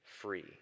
free